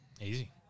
Easy